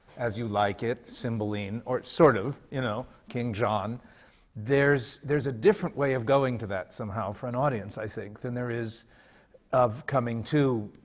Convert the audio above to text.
as you like it, cymbeline, or sort of, you know, king john there's there's a different way of going to that, somehow, for an audience, i think, than there is of coming to,